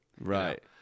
Right